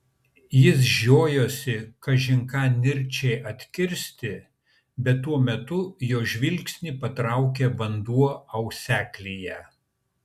jis žiojosi kažin ką nirčiai atkirsti bet tuo metu jo žvilgsnį patraukė vanduo auseklyje